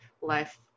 life